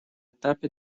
этапе